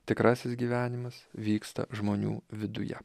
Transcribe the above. tikrasis gyvenimas vyksta žmonių viduje